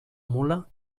mula